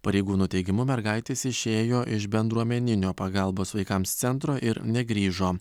pareigūnų teigimu mergaitės išėjo iš bendruomeninio pagalbos vaikams centro ir negrįžo